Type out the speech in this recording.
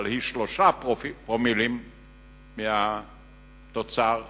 אבל היא שלושה פרומילים מהתוצר העולמי.